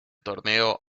torneo